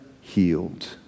healed